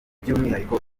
by’umwihariko